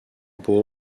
pour